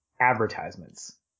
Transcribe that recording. advertisements